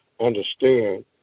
understand